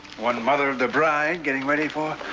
one mother of the bride getting ready for.